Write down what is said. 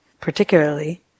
particularly